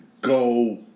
go